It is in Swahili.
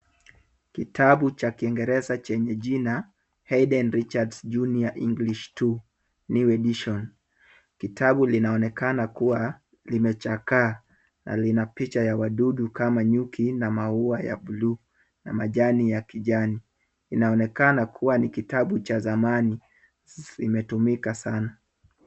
Kitabu cha kiingereza chenye jina Haydn Richards Junior English 2 new edition . Kitabu linaonekana kuwa limechakaa na lina picha ya wadudu kama nyuki na maua ya bluu na majani ya kijani. Inaonekana kuwa ni kitabu cha zamani, zimetumika sana.